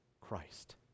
Christ